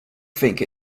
think